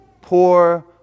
poor